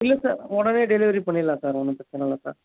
இல்லை சார் உடனே டெலிவரி பண்ணிடலாம் சார் ஒன்றும் பிரச்சனை இல்லை சார்